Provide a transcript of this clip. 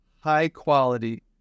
high-quality